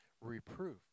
reproof